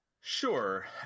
Sure